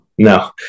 No